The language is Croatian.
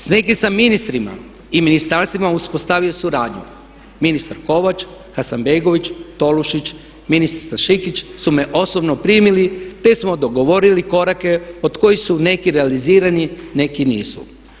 S nekim sam ministrima i ministarstvima uspostavio suradnju, ministar Kovač, Hasanbegović, Tolušić, ministrica Šikić su me osobno primili te smo dogovorili korake od kojih su neki realizirani, neki nisu.